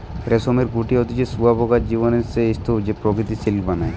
রেশমের গুটি হতিছে শুঁয়োপোকার জীবনের সেই স্তুপ যে প্রকৃত সিল্ক বানায়